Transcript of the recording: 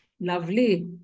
Lovely